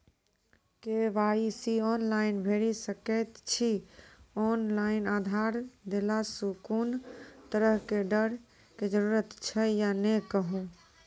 KYC online भैरि सकैत छी, ऑनलाइन आधार देलासॅ कुनू तरहक डरैक जरूरत छै या नै कहू?